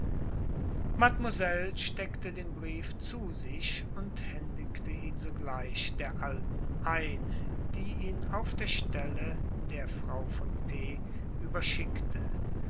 mademoiselle steckte den brief zu sich und händigte ihn sogleich der alten ein die ihn auf der stelle der frau von p